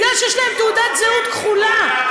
כי יש להם תעודה זהות כחולה,